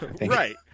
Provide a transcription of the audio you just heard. Right